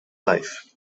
life